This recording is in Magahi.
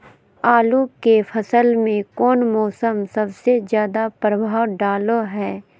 आलू के फसल में कौन मौसम सबसे ज्यादा प्रभाव डालो हय?